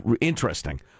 Interesting